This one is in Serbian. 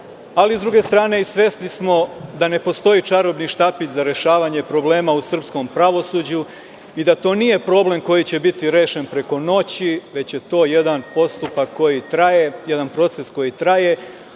ali, s druge strane, svesni smo i da ne postoji čarobni štapić za rešavanje problema u srpskom pravosuđu i da to nije problem koji će biti rešen preko noći, već je to jedan postupak i proces koji traje.